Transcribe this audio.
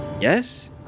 Yes